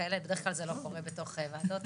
בדרך כלל זה לא קורה בתוך וועדות,